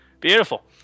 Beautiful